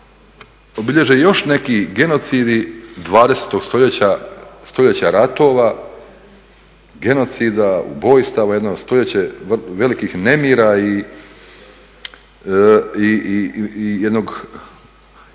obilježe još neki genocidi 20. stoljeća, stoljeća ratova, genocida, ubojstava, jedno stoljeće velikih nemira i jedne